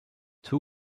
two